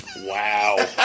Wow